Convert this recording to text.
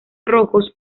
rojos